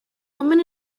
woman